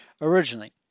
originally